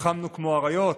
"נלחמנו כמו אריות",